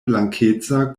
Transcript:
blankeca